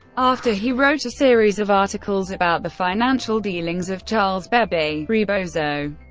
after he wrote a series of articles about the financial dealings of charles bebe rebozo,